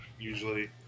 usually